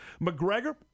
McGregor